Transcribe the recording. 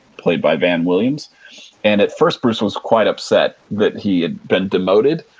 played by van williams and at first, bruce was quite upset that he had been demoted,